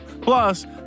Plus